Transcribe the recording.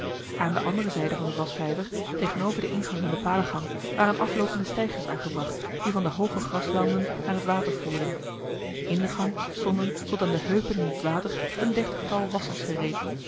aan de andere zijde van den waschvijver tegenover den ingang van de palengang waren aftoopende steigers aangebracht die van de hooge graslanden naar het water voerden in de gang stonden tot aan de heupen in het water een dertigtal wasschers gereed